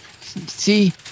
See